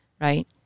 Right